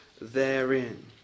therein